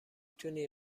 تونی